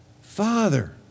Father